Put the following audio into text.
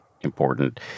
important